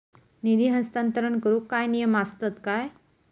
निधी हस्तांतरण करूक काय नियम असतत काय?